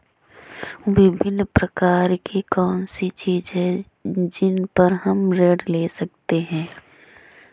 विभिन्न प्रकार की कौन सी चीजें हैं जिन पर हम ऋण ले सकते हैं?